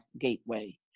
Gateway